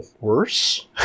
worse